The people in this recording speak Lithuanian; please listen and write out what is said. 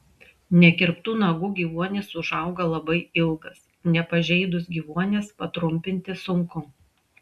nekirptų nagų gyvuonis užauga labai ilgas nepažeidus gyvuonies patrumpinti sunku